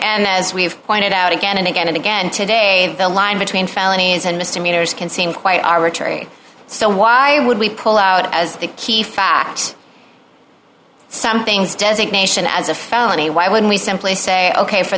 and as we've pointed out again and again and again today the line between felonies and misdemeanors can seem quite arbitrary so why would we pull out as the key fact something designation at the sony why would we simply say ok for